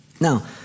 Now